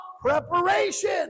preparation